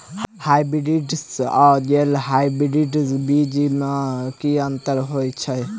Hybrids आ गैर hybrids बीज म की अंतर होइ अछि?